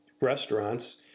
restaurants